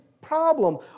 problem